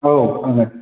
औ आंनो